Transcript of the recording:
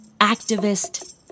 activist